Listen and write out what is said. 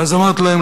ואז אמרתי להם,